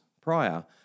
prior